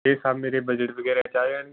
ਇਹ ਸਭ ਮੇਰੇ ਬਜਟ ਵਗੈਰਾ 'ਚ ਆ ਜਾਣਗੇ